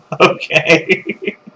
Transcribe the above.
Okay